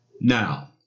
Now